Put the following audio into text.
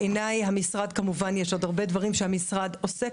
אגיד שבעיניי שכמובן יש עוד הרבה דברים שהמשרד עוסק